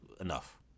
enough